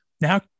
now